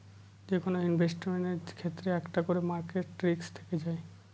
যেকোনো ইনভেস্টমেন্টের ক্ষেত্রে একটা করে মার্কেট রিস্ক থেকে যায়